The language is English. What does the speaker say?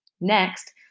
Next